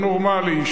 הנורמלי,